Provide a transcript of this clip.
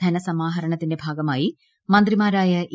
ധനസമാഹരണത്തിന്റെ ഭാഗമായി മന്ത്രിമാരായ ഇ